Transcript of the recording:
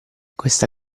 questa